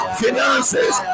finances